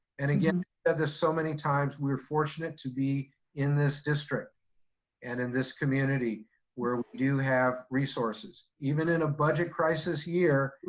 and again, there's so many times we were fortunate to be in this district and in this community where we do have resources, even in a budget crisis year,